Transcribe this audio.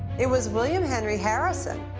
it was william henry harrison.